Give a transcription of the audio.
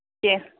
کیٚنٛہہ